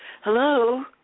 Hello